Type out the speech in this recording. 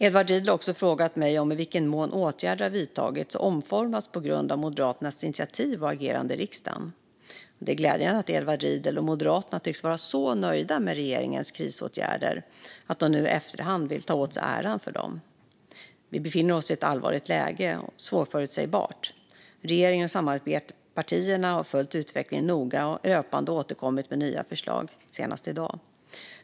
Edward Riedl har också frågat mig i vilken mån åtgärder har vidtagits och omformats på grund av Moderaternas initiativ och agerande i riksdagen. Det är glädjande att Edward Riedl och Moderaterna tycks vara så nöjda med regeringens krisåtgärder att de nu i efterhand vill ta åt sig äran för dem. Vi befinner oss i ett allvarligt och svårförutsägbart läge. Regeringen och samarbetspartierna har följt utvecklingen noga och löpande återkommit med nya förslag, senast i dag.